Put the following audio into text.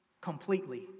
completely